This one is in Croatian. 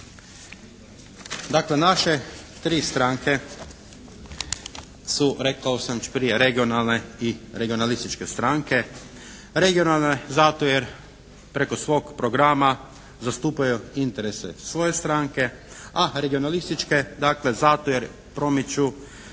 Dakle, naše tri stranke su rekao sam već prije regionalne i regionalističke stranke. Regionalne zato jer preko svog programa zastupaju interese svoje stranke, a regionalističke zato jer promiču